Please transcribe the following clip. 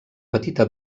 petita